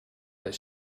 that